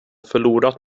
förlorat